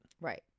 Right